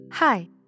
Hi